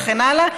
וכן הלאה,